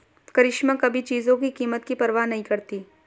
करिश्मा कभी चीजों की कीमत की परवाह नहीं करती